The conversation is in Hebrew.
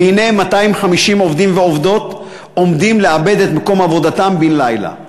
והנה 250 עובדים ועובדות עומדים לאבד את מקום עבודתם בן-לילה.